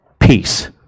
peace